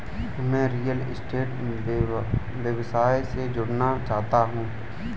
मैं real estate व्यवसाय से जुड़ना चाहता हूँ